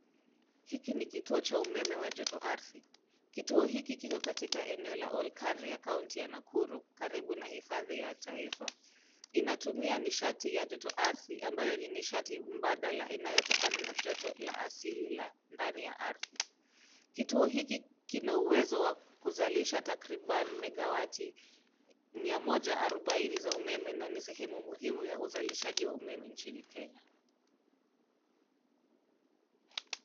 Hiki ni kituo cha umeme wa joto ardhi kituo hiki kiko katika eneo la Olkaria kaunti ya Nakuru karibu na hifadhi ya taifa, inatumia nishati ya joto ardhi ambayo ni nishati mbadala inayotokana na joto la asili la ndani ya ardhi ,kituo hiki kina uwezo wa kuzalisha takribani megawati 140 za umeme na ni sehemu muhimu ya uzalishaji wa umeme nchini Kenya.